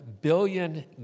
billion